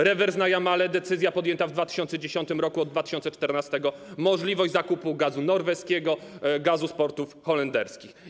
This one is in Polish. Rewers na Jamale - decyzja podjęta w 2010 r., od 2014 możliwość zakupu gazu norweskiego, gazu z portów holenderskich.